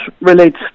relates